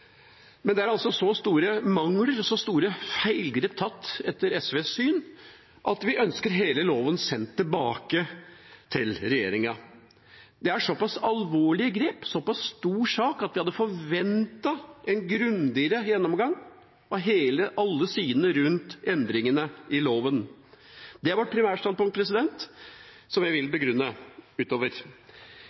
Men det er altså så store mangler og tatt så store feilgrep etter SVs syn, at vi ønsker hele loven sendt tilbake til regjeringa. Det er såpass alvorlige grep og en såpass stor sak at vi hadde forventet en grundigere gjennomgang av alle sidene rundt endringene i loven. Det er vårt primærstandpunkt, som jeg vil begrunne utover.